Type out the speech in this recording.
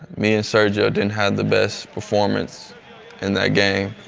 me and sergio didn't have the best performance in that game.